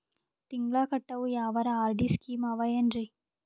ತಿಂಗಳ ಕಟ್ಟವು ಯಾವರ ಆರ್.ಡಿ ಸ್ಕೀಮ ಆವ ಏನ್ರಿ?